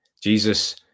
Jesus